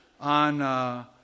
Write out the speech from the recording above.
on